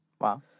Wow